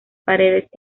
paredes